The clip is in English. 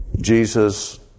Jesus